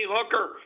Hooker